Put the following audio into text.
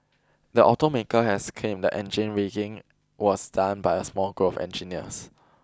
the automaker has claimed the engine rigging was done by a small group of engineers